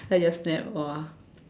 I just nap !wah!